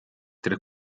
tra